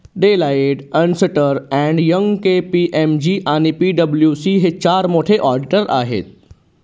Deloitte, अस्न्टर and Young, KPMG आणि पी.डब्ल्यू.सी हे चार मोठे ऑडिटर आहेत